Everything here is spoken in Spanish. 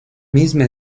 misma